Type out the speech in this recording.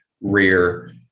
rear